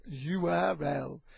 URL